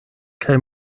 kaj